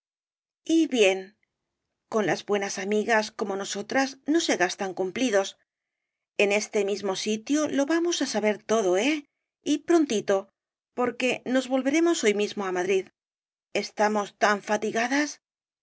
bien con las buenas amigas como nosotras no se gastan cumplidos en este mismo sitio lo vamos á saber todo eh y prontito porque nos volveremos hoy mismo á madrid estamos tan fatigadas